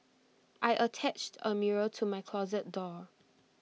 I attached A mirror to my closet door